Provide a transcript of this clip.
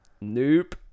nope